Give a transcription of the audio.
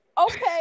Okay